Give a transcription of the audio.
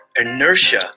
inertia